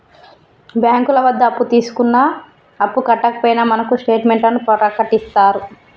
బ్యాంకుల వద్ద తీసుకున్న అప్పు కట్టకపోయినా మనకు స్టేట్ మెంట్లను ప్రకటిత్తారు